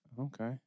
Okay